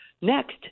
next